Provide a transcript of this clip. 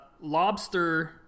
Lobster